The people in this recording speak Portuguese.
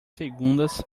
segundas